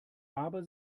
aber